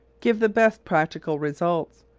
give the best practical results,